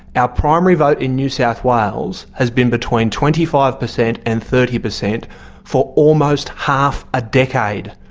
our primary vote in new south wales has been between twenty five percent and thirty percent for almost half a decade.